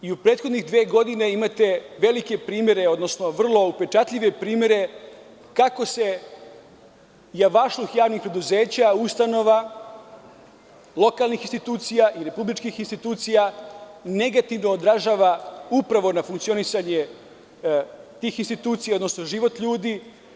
U prethodne dve godine imate velike primere, odnosno vrlo upečatljive primere, kako se javašluk javnih preduzeća, ustanova, lokalnih institucija, republičkih institucija, negativno odražava upravo na funkcionisanje tih institucija, odnosno život ljudi.